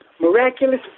miraculous